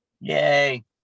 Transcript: Yay